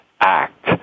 act